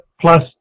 plus